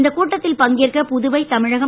இந்த கூட்டத்தில் பங்கேற்க புதுவை தமிழகம்